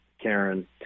Karen